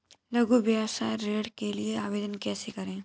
लघु व्यवसाय ऋण के लिए आवेदन कैसे करें?